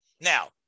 Now